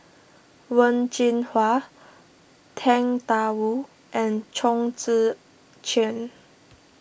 Wen Jinhua Tang Da Wu and Chong Tze Chien